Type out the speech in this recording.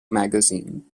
magazine